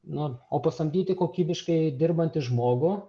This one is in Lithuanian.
nu o pasamdyti kokybiškai dirbantį žmogų